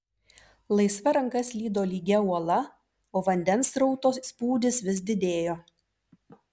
laisva ranka slydo lygia uola o vandens srauto spūdis vis didėjo